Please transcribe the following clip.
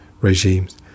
regimes